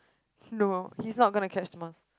no he's not gona catch the mouse